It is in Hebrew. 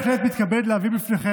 אז אני בהחלט מתכבד להביא בפניכם,